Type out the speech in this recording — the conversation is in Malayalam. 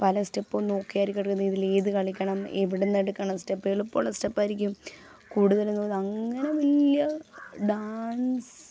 പല സ്റ്റെപ്പും നോക്കിയായിരിക്കും എടുക്കുന്നത് ഇതിലേത് കളിക്കണം എവിടെന്നെടുക്കണം സ്റ്റെപ്പുകൾ എളുപ്പമുള്ള സ്റ്റെപ്പായിരിക്കും കൂടുതലും അങ്ങനെ വലിയ ഡാൻസ്